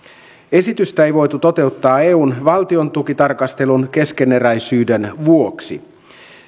esitystä ei voitu toteuttaa eun valtiontukitarkastelun keskeneräisyyden vuoksi